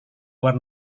luar